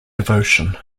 devotion